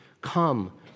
Come